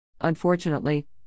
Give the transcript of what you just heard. Unfortunately